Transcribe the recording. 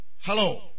hello